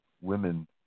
women